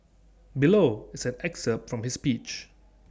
below is an excerpt from his speech